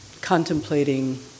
contemplating